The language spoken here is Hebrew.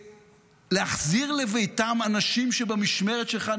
בלהחזיר לביתם אנשים שנחטפו במשמרת שלך,